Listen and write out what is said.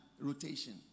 rotation